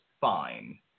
fine